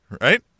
right